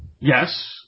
Yes